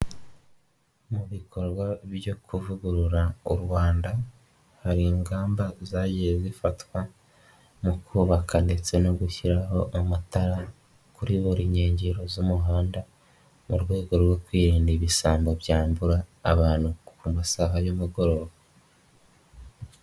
Mu bikorwa byo kuvugurura u Rwanda hari ingamba zagiye zifatwa mu kubaka ndetse no gushyiraho amatara kuri buri nkengero z'umuhanda mu rwego rwo kwirinda ibisambo byambura abantu ku masaha y'umugoroba.